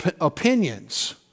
opinions